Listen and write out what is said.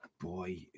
boy